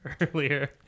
earlier